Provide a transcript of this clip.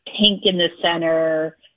pink-in-the-center